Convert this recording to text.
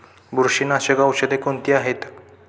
बुरशीनाशक औषधे कोणती आहेत?